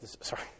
sorry